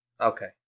Okay